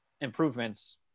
improvements